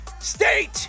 state